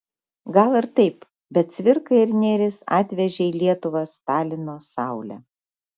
gal ir taip bet cvirka ir nėris atvežė į lietuvą stalino saulę